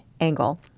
angle